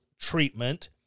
treatment